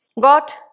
got